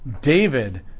David